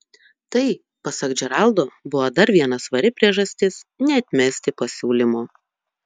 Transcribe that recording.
tai pasak džeraldo buvo dar viena svari priežastis neatmesti pasiūlymo